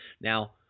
Now